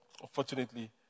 unfortunately